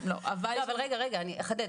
לא, אבל רגע אני אחדד.